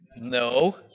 No